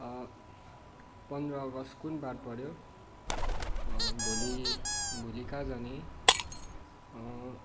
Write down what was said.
पन्ध्र अगस्त कुन बार पऱ्यो भोलि भोलि कहाँ जाने